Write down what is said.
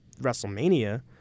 WrestleMania